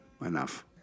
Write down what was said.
enough